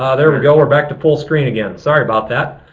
ah there we go. we're back to full screen again. sorry about that!